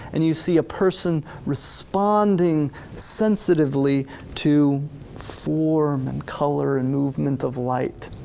and you see a person responding sensitively to form and color and movement of light.